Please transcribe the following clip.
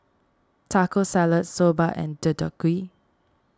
Taco Salad Soba and Deodeok Gui